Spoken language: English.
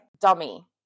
Dummy